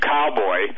Cowboy